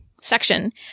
section